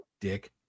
Dick